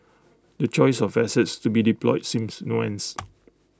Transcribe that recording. the choice of assets to be deployed seems nuanced